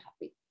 happy